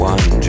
One